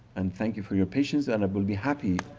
and thank you for your patience and i will be happy,